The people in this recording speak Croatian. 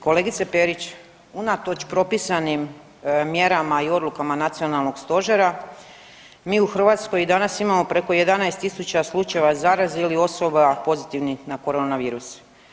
Kolegice Perić, unatoč propisanim mjerama i odlukama nacionalnog stožera mi u Hrvatskoj i danas imamo preko 11.000 slučajeva zaraze ili osoba pozitivnih na korona virus.